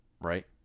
right